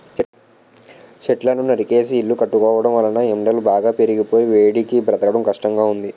చెట్లను నరికేసి ఇల్లు కట్టుకోవడం వలన ఎండలు బాగా పెరిగిపోయి వేడికి బ్రతకడం కష్టంగా ఉంది